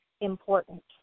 important